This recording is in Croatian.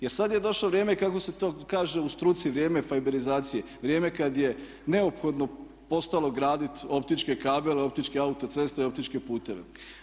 Jer sad je došlo vrijeme kako se to kaže u struci vrijeme fajberizacije, vrijeme kad je neophodno postalo graditi optičke kabele, optičke autoceste i optičke puteve.